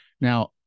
Now